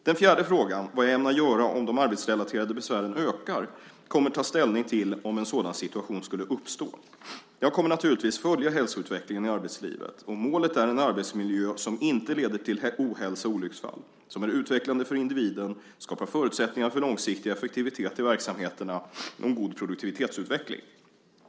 Den fjärde frågan, vad jag ämnar göra om de arbetsrelaterade besvären ökar, kommer det att tas ställning till om en sådan situation skulle uppstå. Jag kommer naturligtvis att följa hälsoutvecklingen i arbetslivet. Målet är en arbetsmiljö som inte leder till ohälsa och olycksfall, som är utvecklande för individen, skapar förutsättningar för långsiktig effektivitet i verksamheterna och en god produktivitetsutveckling.